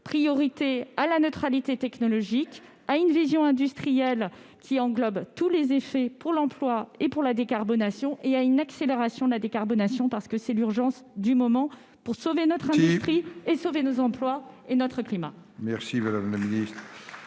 donnée à la neutralité technologique, à une vision industrielle, qui englobe tous les effets pour l'emploi et pour la décarbonation, ainsi qu'à une accélération de cette dernière, parce que c'est l'urgence du moment pour sauver notre industrie, nos emplois et notre climat. La parole est